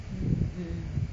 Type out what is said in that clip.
mm mmhmm